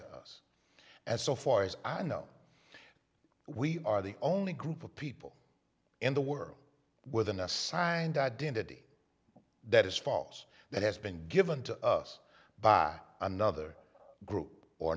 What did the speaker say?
to us and so far as i know we are the only group of people in the world with an assigned identity that is false that has been given to us by another group or